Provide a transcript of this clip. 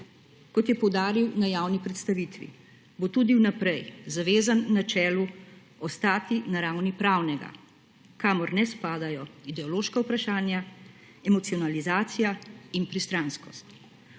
Kot je poudaril na javni prestavitvi, bo tudi naprej zavezan načelu ostati na ravni pravnega, kamor ne spadajo ideološka vprašanja, emocionalizacija in pristranskost.